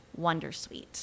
wondersuite